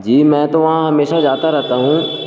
جی میں تو وہاں ہمیشہ جاتا رہتا ہوں